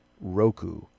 Roku